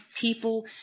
people